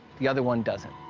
the other one doesn't.